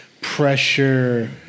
pressure